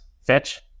fetch